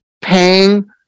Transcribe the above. paying